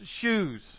shoes